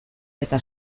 eta